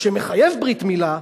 שמחייב ברית-מילה,